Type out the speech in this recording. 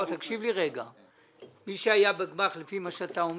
לפי מה שאתה אומר,